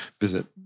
visit